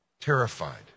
terrified